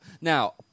Now